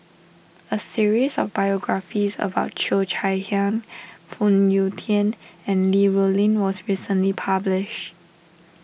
a series of biographies about Cheo Chai Hiang Phoon Yew Tien and Li Rulin was recently published